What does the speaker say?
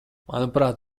manuprāt